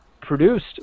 produced